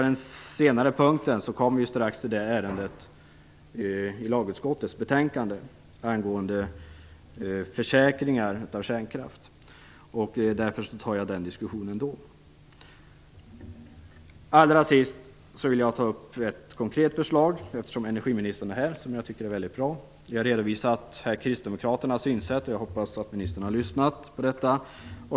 Det sistnämnda kommer vi snart att diskutera när vi behandlar lagutskottets betänkande angående försäkring av kärnkraft. Jag avser att återkomma till den diskussionen då. Eftersom energiministern är här, vilket jag tycker är väldigt bra, vill jag avslutningsvis ta upp ett konkret förslag. Jag har här redovisat kristdemokraternas synsätt, och jag hoppas att ministern har lyssnat på detta.